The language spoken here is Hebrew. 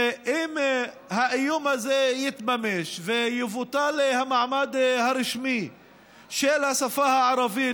שאם האיום הזה יתממש ויבוטל המעמד הרשמי של השפה הערבית,